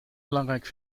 belangrijk